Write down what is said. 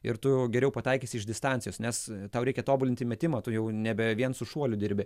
ir tu geriau pataikysi iš distancijos nes tau reikia tobulinti metimą tu jau nebe vien su šuoliu dirbi